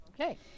Okay